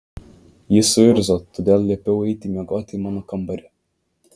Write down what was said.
jis suirzo todėl liepiau eiti miegoti į mano kambarį